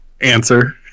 Answer